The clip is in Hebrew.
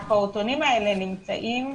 הפעוטונים האלה נמצאים,